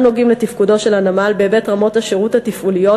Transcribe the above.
נוגעים לתפקודו של הנמל בהיבט רמות השירות התפעוליות,